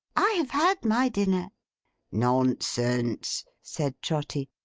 i have had my dinner nonsense, said trotty.